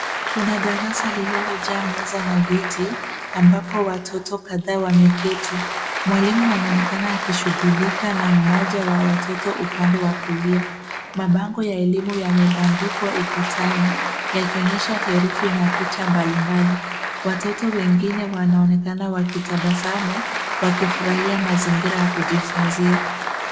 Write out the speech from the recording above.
Kuna darasa lililojaa meza na viti ambapo watoto kadhaa wameketi. Mwalimu anaonekana akishughulika na mmoja wa watoto upande wa kulia. Mabango ya elimu yamebandikwa ukutani yakionyesha herufi na picha mbalimbali. Watoto wengine wanaonekana wakitabasamu wakifurahia mazingira ya kujifunzia.